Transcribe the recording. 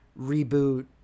reboot